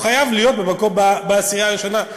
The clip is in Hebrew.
הוא חייב להיות בעשירייה הראשונה.